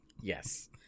Yes